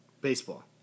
Baseball